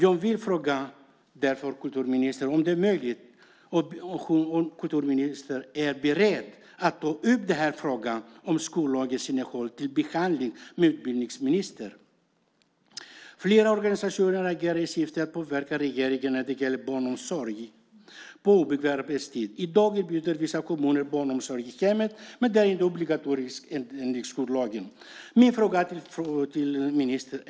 Är kulturministern beredd att ta upp frågan om skollagens innehåll till behandling med utbildningsministern? Flera organisationer agerar i syfte att påverka regeringen när det gäller barnomsorg på obekväm arbetstid. I dag erbjuder vissa kommuner barnomsorg i hemmet, men det är inte obligatoriskt enligt skollagen.